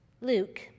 Luke